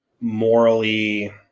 morally